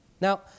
Now